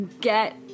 get